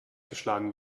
geschlagen